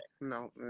No